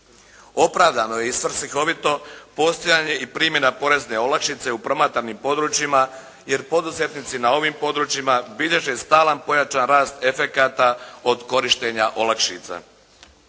Opravdano je i svrsihovito postojanje i primjena porezne olakšice u promatranim područjima jer poduzetnici na ovim područjima bilježe stalan pojačan rast efekata od korištenja olakšica.